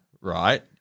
right